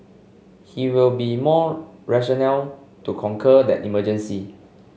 he will be more rational to conquer that emergency